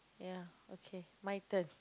ya okay my turn